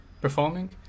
performing